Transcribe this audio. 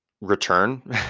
return